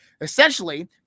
Essentially